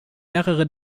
mehrere